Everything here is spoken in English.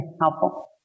helpful